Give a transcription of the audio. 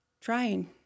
trying